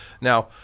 now